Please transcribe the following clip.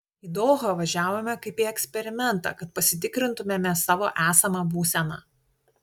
į dohą važiavome kaip į eksperimentą kad pasitikrintumėme savo esamą būseną